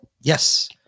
Yes